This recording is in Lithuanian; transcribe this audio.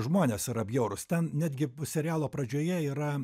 žmonės yra bjaurūs ten netgi serialo pradžioje yra